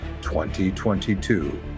2022